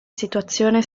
situazione